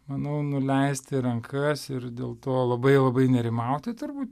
manau nuleisti rankas ir dėl to labai labai nerimauti turbūt